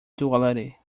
duality